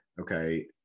Okay